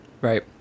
Right